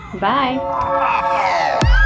bye